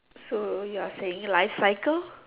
so you are saying life cycle